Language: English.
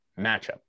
matchup